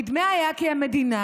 נדמה היה כי המדינה,